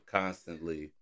constantly